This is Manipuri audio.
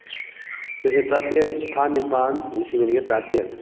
ꯆꯩꯆꯠ ꯇꯔꯥꯇꯔꯦꯠ ꯊꯥ ꯅꯤꯄꯥꯜ ꯂꯤꯁꯤꯡ ꯑꯅꯤꯒ ꯇꯔꯥꯇꯔꯦꯠ